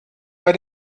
bei